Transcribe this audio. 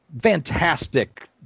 fantastic